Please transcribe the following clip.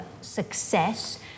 success